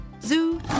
Zoo